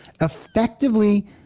effectively